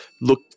look